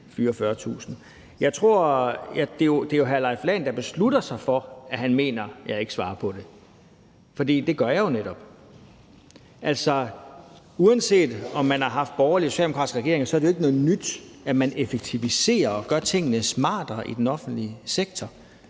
40.000. Det er jo hr. Leif Lahn Jensen, der beslutter sig for, at han mener, at jeg ikke svarer på det, for det gør jeg jo netop. Altså, uanset om man har haft borgerlige eller socialdemokratiske regeringer, er det jo ikke noget nyt, at man effektiviserer og gør tingene smartere i den offentlige sektor.